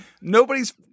Nobody's